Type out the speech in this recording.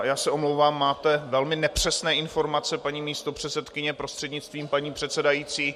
Já se omlouvám, máte velmi nepřesné informace, paní místopředsedkyně, prostřednictvím paní předsedající.